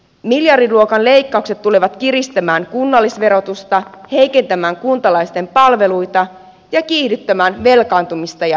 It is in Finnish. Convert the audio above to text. miljardiluokan leikkaukset tulevat kiristämään kunnallisverotusta heikentämään kuntalaisten palveluita ja kiihdyttämään velkaantumista ja eriarvoisuutta